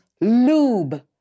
lube